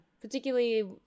particularly